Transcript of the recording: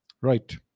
right